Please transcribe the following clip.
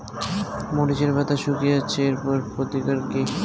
মরিচের পাতা শুকিয়ে যাচ্ছে এর প্রতিকার কি?